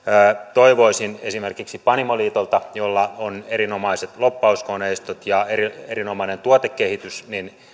toivoisin esimerkiksi panimoliiton jolla on erinomaiset lobbauskoneistot ja erinomainen tuotekehitys